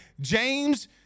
James